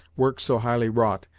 work so highly wrought,